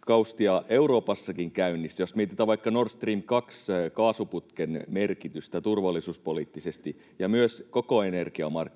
kaustia Euroopassakin käynnissä, jos mietitään vaikka Nord Stream 2 ‑kaasuputken merkitystä turvallisuuspoliittisesti ja myös koko energiamarkkinoihin,